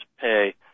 pay